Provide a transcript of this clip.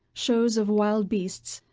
shows of wild beasts,